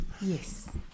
Yes